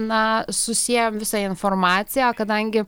na susiejom visą informaciją kadangi